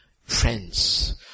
friends